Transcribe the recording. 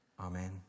Amen